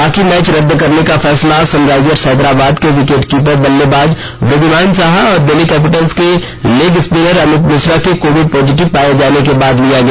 बाकी मैच रद्द करने का फैसला सनराइजर्स हैदराबाद के विकेट कीपर बल्लेबाज वृद्विमान साहा और दिल्ली कैपिटल्स के लेग स्पिनर अमित मिश्रा के कोविड पॉजिटिव पाए जाने के बाद लिया गया